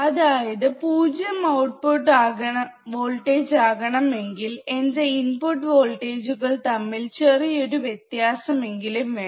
അതായത് പൂജ്യം output voltage ആകണമെങ്കിൽ എന്റെ ഇൻപുട്ട് വോൾട്ടേജ്കൾ തമ്മിൽ ചെറിയൊരു വ്യത്യാസം എങ്കിലും വേണം